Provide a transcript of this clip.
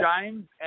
James